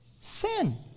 sin